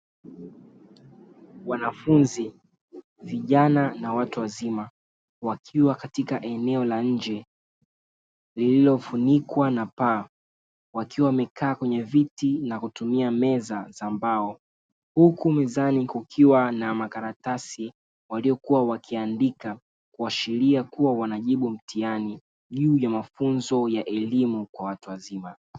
Wanafunzi vijana na watu wazima wakiwa katika eneo la nje lililofunikwa na paa wakiwa wamekaa kwenye viti na kutumia meza za mbao huku mezani kukiwa na makaratasi waliokuwa wakiandika, kuashiria kuwa wanajibu mtihani juu ya mafunzo ya elimu kwa watu wazima.